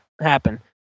happen